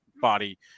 body